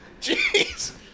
Jeez